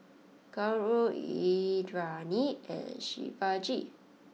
Gauri Indranee and Shivaji